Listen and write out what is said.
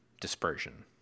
dispersion